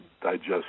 digest